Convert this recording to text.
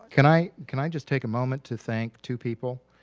can i can i just take a moment to thank two people,